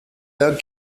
dog